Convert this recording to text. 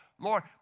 Lord